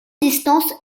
distance